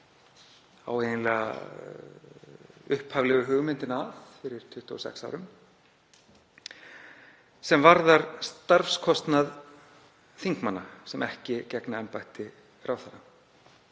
á eiginlega upphaflegu hugmyndina að fyrir 26 árum, sem varðar starfskostnað þingmanna sem ekki gegna embætti ráðherra.